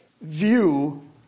view